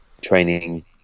training